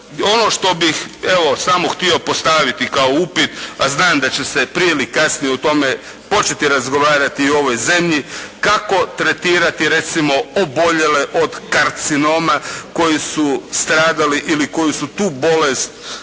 Ono što bih evo samo htio postaviti kao upit a znam da će se prije ili kasnije o tome početi razgovarati u ovoj zemlji, kako tretirati recimo oboljele od karcinoma koji su stradali ili koji su tu bolest stekli